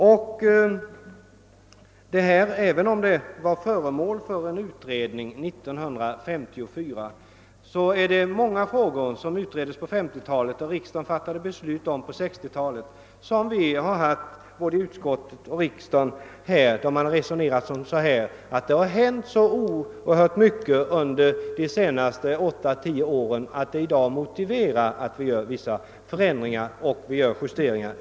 Visserligen var denna fråga föremål för en utredning 1954, men i många andra frågor som utretts på 1950-talet och som varit föremål för riksdagsbeslut under 1960-talet har både utskott och riksdag ansett att utvecklingen under de senaste 8—10 åren gör det motiverat med en översyn och vissa justeringar.